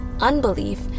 unbelief